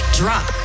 drop